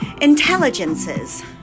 intelligences